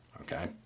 Okay